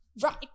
Right